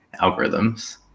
algorithms